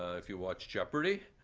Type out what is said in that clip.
ah if you watch jeopardy,